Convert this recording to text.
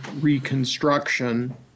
reconstruction